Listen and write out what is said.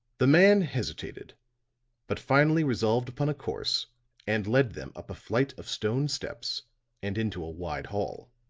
the man hesitated but finally resolved upon a course and led them up a flight of stone steps and into a wide hall.